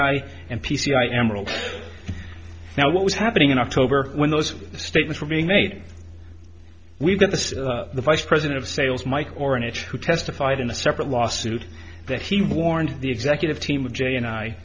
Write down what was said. i and p c i emerald now what was happening in october when those statements were being made we've got the vice president of sales mike or a niche who testified in a separate lawsuit that he warned the executive team of j and i